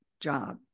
job